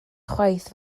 chwaith